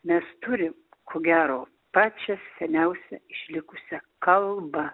mes turim ko gero pačią seniausią išlikusią kalbą